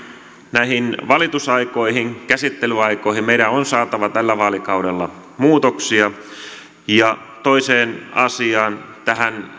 näihin valitusaikoihin käsittelyaikoihin meidän on saatava tällä vaalikaudella muutoksia toiseen asiaan tähän